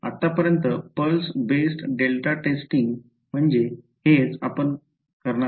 आतापर्यंत pulse based delta testing म्हणजे हेच आपण करणार आहोत